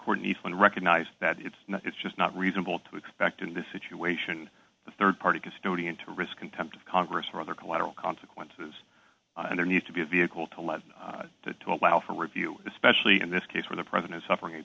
court need to recognize that it's not it's just not reasonable to expect in this situation the rd party custodian to risk contempt of congress or other collateral consequences and there need to be a vehicle to lead to allow for review especially in this case where the president is suffering